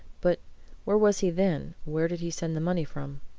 but where was he then? where did he send the money from?